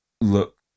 look